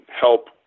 help